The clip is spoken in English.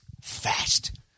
fast